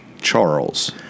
Charles